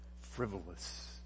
frivolous